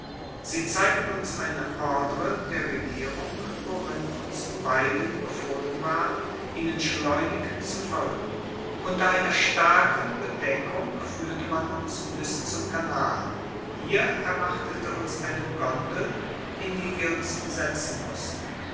sie zeigten uns eine ordre der regierung worin uns beiden befohlen ward ihnen schleunig zu folgen unter einer starken bedeckung führte man uns bis zum kanal hier erwartete uns eine gondel in die wir uns setzen mußten